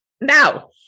Now